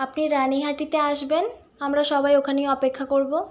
আপনি রানিহাটিতে আসবেন আমরা সবাই ওখানেই অপেক্ষা করবো